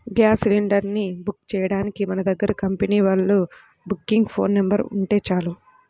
gas cylinder ని book చెయ్యడానికి మన దగ్గర కంపెనీ వాళ్ళ బుకింగ్ ఫోన్ నెంబర్ ఉంటే చాలు